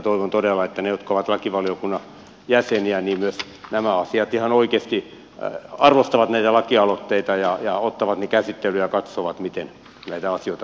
toivon todella että ne jotka ovat lakivaliokunnan jäseniä myös ihan oikeasti arvostavat näitä lakialoitteita ja ottavat ne käsittelyyn ja katsovat miten näitä asioita